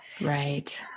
Right